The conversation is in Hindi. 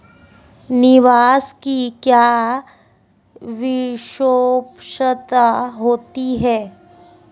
निवेश की क्या विशेषता होती है?